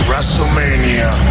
WrestleMania